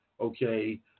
okay